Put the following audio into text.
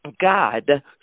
God